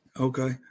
Okay